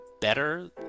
better